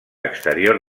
exterior